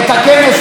לא אומרים מושב,